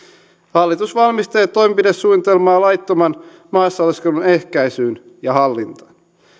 hallitus valmistelee toimenpidesuunnitelmaa laittoman maassaoleskelun ehkäisyyn ja hallintaan